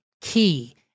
key